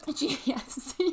yes